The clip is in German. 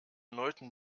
leuten